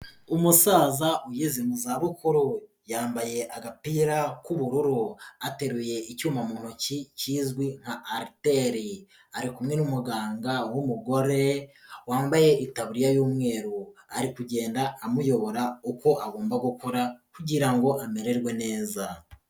Umusaza ugeze mu za bukuru, yambaye agapira k'ubururu ateruye icyuma mu ntoki kizwi nka ariteri, ari kumwe n'umuganga w'umugore wambaye itaburiya y'umweru, ari kugenda amuyobora uko agomba gukora kugira ngo amererwe neza.